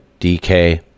DK